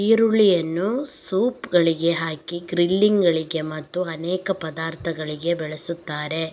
ಈರುಳ್ಳಿಯನ್ನು ಸೂಪ್ ಗಳಿಗೆ ಹಾಗೂ ಗ್ರಿಲ್ಲಿಂಗ್ ಗಳಿಗೆ ಮತ್ತು ಅನೇಕ ಪದಾರ್ಥಗಳಿಗೆ ಬಳಸುತ್ತಾರೆ